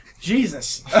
Jesus